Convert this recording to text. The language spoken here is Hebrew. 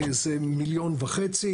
זה 1.5 מיליון.